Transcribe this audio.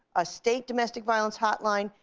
a state domestic violence hotline,